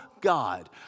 God